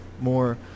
more